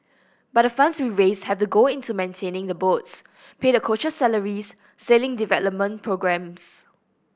but the funds we raise have to go into maintaining the boats pay the coaches salaries sailing development programmes